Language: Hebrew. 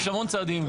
יש המון צעדים.